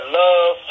love